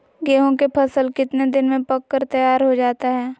गेंहू के फसल कितने दिन में पक कर तैयार हो जाता है